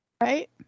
Right